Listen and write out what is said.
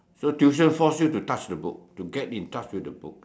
so tuition force you to touch the book to get in touch with the book